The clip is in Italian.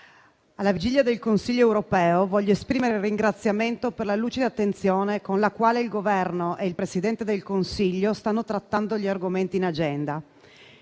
alla vigilia del Consiglio europeo voglio esprimere il ringraziamento per la lucida attenzione con la quale il Governo e il Presidente del Consiglio stanno trattando gli argomenti in agenda.